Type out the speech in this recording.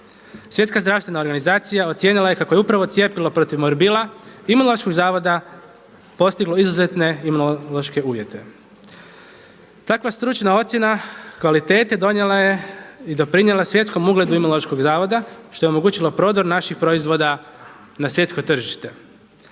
Svjetska zdravstvena organizacija ocijenila je kako je upravo cjepivo protiv morbila Imunološkog zavoda postiglo izuzetne imunološke uvjete. Takva stručna ocjena kvalitete donijela je i doprinijela svjetskom ugledu Imunološkog zavoda što je omogućilo prodor naših proizvoda na svjetsko tržište.